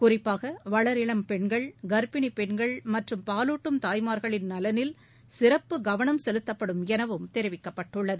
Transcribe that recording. குறிப்பாக வளர் இளம் பெண்கள் கர்ப்பினி பெண்கள் மற்றும் பாலூட்டும் தாய்மார்களின் நலனில் சிறப்பு கவனம் செலுத்தப்படும் எனவும் தெரிவிக்கப்பட்டள்ளது